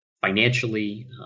financially